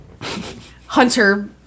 Hunter